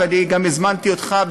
ואני גם הזמנתי אותך,